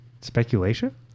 speculation